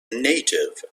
native